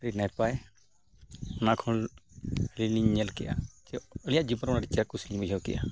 ᱟᱹᱰᱤ ᱱᱟᱯᱟᱭ ᱚᱱᱟ ᱠᱷᱚᱱ ᱟᱹᱞᱤᱧᱞᱤᱧ ᱧᱮᱞ ᱠᱮᱜᱼᱟ ᱪᱮᱫ ᱟᱹᱞᱤᱧᱟᱜ ᱡᱤᱵᱚᱱ ᱨᱮ ᱟᱹᱰᱤ ᱪᱮᱦᱨᱟ ᱠᱩᱥᱤ ᱞᱤᱧ ᱵᱩᱡᱷᱟᱹᱣ ᱠᱮᱜᱼᱟ